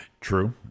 True